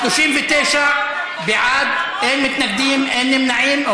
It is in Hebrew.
39 בעד, אין מתנגדים, אין נמנעים.